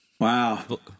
Wow